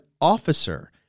officer